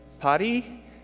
party